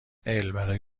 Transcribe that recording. البرای